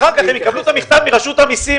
אחר-כך הם יקבלו את המכתב מרשות המיסים,